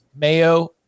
Mayo